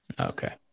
Okay